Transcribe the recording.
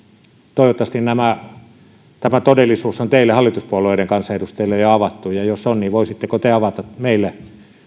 toivottavasti tämä todellisuus on teille hallituspuolueiden kansanedustajille jo avattu ja jos on voisitteko te avata meille